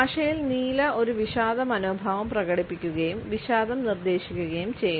ഭാഷയിൽ നീല ഒരു വിഷാദ മനോഭാവം പ്രകടിപ്പിക്കുകയും വിഷാദം നിർദ്ദേശിക്കുകയും ചെയ്യുന്നു